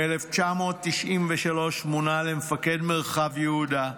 ב-1993 מונה למפקד מרחב יהודה,